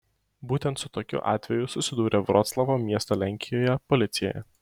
būtent su tokiu atveju susidūrė vroclavo miesto lenkijoje policija